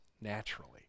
naturally